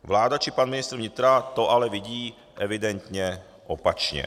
Vláda či pan ministr vnitra to ale vidí evidentně opačně.